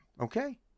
okay